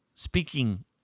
speaking